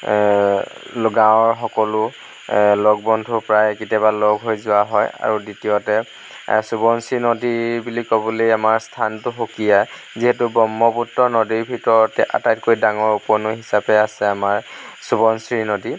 গাঁৱৰ সকলো লগ বন্ধু প্ৰায় কেতিয়াবা লগ হৈ যোৱা হয় আৰু দ্বিতীয়তে সোৱণশিৰি নদী বুলি ক'বলৈ আমাৰ স্থানটো সুকীয়া যিহেতু ব্ৰহ্মপুত্ৰ নদীৰ ভিতৰতে আটাইতকৈ ডাঙৰ উপনদী হিচাপে আছে আমাৰ সোৱণশিৰি নদী